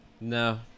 no